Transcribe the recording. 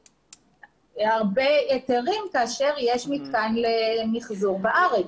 הרבה היתרים כאשר יש מתקן למיחזור בארץ.